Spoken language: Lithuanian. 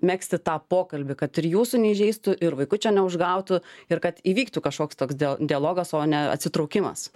megzti tą pokalbį kad ir jūsų neįžeistų ir vaikučio neužgautų ir kad įvyktų kažkoks toks dialogas o ne atsitraukimas